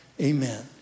Amen